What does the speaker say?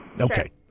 Okay